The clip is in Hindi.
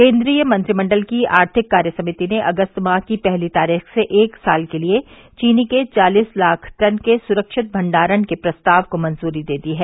केंद्रीय मंत्रिमंडल की आर्थिक कार्य समिति ने अगस्त माह की पहली तारीख से एक साल के लिए चीनी के चालीस लाख टन के सुरक्षित भंडारण के प्रस्ताव को मंजूरी दे दी है